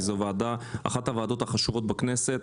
זאת אחת הוועדות החשובות בכנסת.